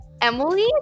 Emily